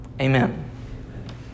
Amen